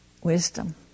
wisdom